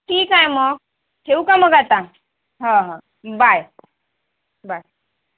ठीक आहे मग ठेवू का मग आता हां हां बाय बाय